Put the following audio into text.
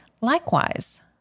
Likewise